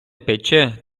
пече